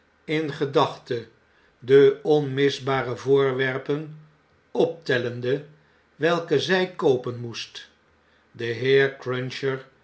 in gedachte de onmisbare voorwerpen optellende welkezy koopen moest de heer cruncher